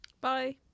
Bye